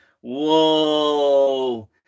whoa